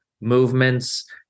movements